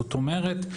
זאת אומרת,